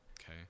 okay